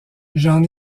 j’en